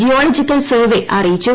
geological survey അറിയിച്ചു